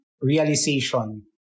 realization